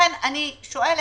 לכן אני שואלת,